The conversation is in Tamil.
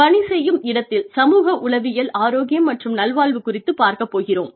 பணி செய்யும் இடத்தில் சமூக உளவியல் ஆரோக்கியம் மற்றும் நல்வாழ்வு குறித்துப் பார்க்கப் போகிறோம்